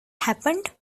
happened